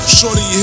Shorty